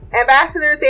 Ambassador